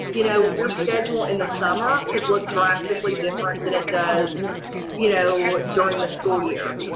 you know, your schedule in the summer could look drastically different than it does you know during the school year.